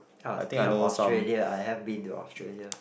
ah speaking of Australia I have been to Australia